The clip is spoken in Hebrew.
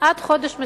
עד חודש מסוים.